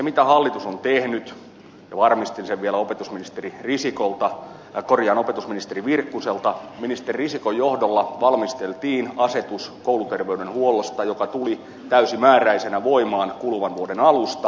mitä hallitus on tehnyt ja varmistin sen vielä opetusministeri virkkuselta niin ministeri risikon johdolla valmisteltiin asetus kouluterveydenhuollosta joka tuli täysimääräisenä voimaan kuluvan vuoden alusta